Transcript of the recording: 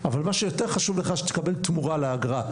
אבל מה שיותר חשוב לך שתקבל תמורה לאגרה,